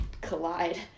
collide